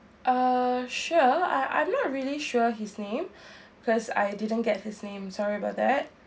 uh sure I I'm not really sure his name because I didn't get his name sorry about that